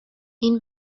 این